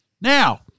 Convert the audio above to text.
Now